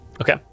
Okay